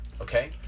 Okay